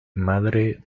madre